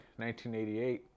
1988